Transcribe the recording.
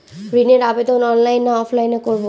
ঋণের আবেদন অনলাইন না অফলাইনে করব?